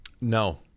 no